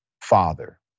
father